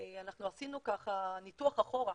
שעשינו ניתוח אחורה,